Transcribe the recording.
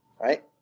right